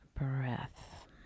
breath